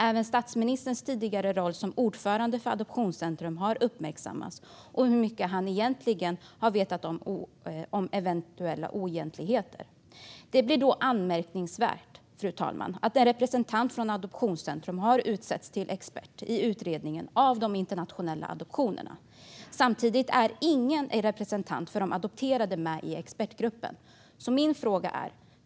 Även statsministerns tidigare roll som ordförande för Adoptionscentrum har uppmärksammats och hur mycket han egentligen har vetat om eventuella oegentligheter. Fru talman! Det är anmärkningsvärt att en representant för Adoptionscentrum har utsetts till expert i utredningen av de internationella adoptionerna. Samtidigt är ingen representant för de adopterade med i expertgruppen.